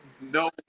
no –